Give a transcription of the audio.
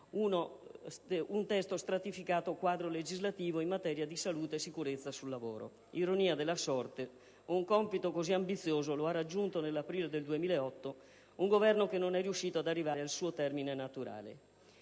lo stratificato quadro legislativo in materia di salute e sicurezza sul lavoro. Ironia della sorte: un compito così ambizioso lo ha raggiunto, nell'aprile del 2008, un Governo che non è riuscito ad arrivare al suo termine naturale.